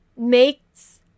makes